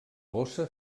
bossa